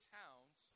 towns